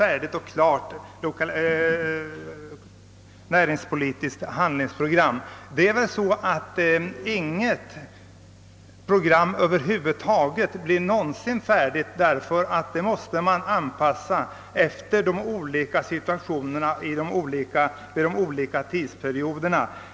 Men det finns väl över huvud taget inga sådana program som någonsin blir helt färdiga, ty de måste ju anpassas till de nya situationer som uppstår.